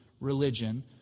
religion